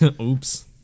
Oops